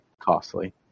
Costly